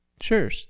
Sure